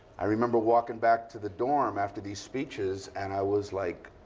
i remember walking back to the dorm after these speeches. and i was, like,